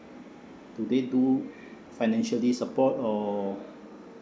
do they do financially support or